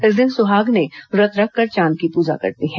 इस दिन सुहागिनें व्रत रखकर चांद की पूजा करती हैं